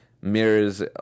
mirrors